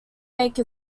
make